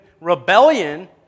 rebellion